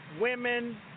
women